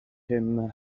him